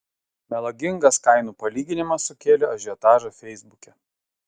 melagingas kainų palyginimas sukėlė ažiotažą feisbuke